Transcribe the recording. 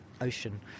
ocean